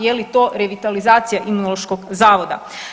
Je li to revitalizacija Imunološkog zavoda?